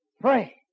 Pray